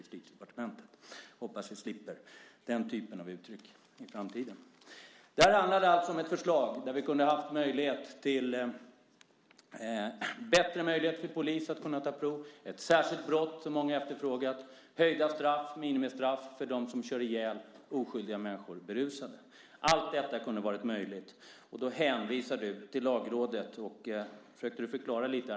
Jag hoppas att vi slipper den typen av uttryck i framtiden. Det här handlar alltså om ett förslag där vi kunde ha haft en bättre möjlighet för polisen att ta prov. Det gäller ett särskilt brott där många har efterfrågat denna möjlighet. Det gäller höjda straff och minimistraff för dem som kör ihjäl oskyldiga människor berusade. Allt detta kunde ha varit möjligt. Då hänvisar du till Lagrådet, och du försöker ge en förklaring.